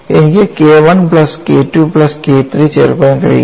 എനിക്ക് K I plus KII plus K III ചേർക്കാൻ കഴിയില്ല